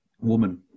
woman